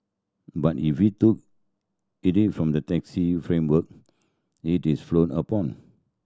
but if we from the taxi framework it is frowned upon